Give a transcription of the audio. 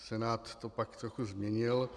Senát to pak trochu změnil.